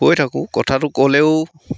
কৈ থাকোঁ কথাটো ক'লেও